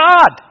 God